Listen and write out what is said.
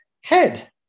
head